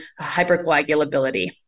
hypercoagulability